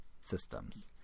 systems